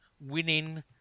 winning